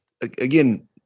again